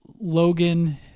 Logan